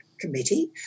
Committee